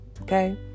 Okay